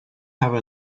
have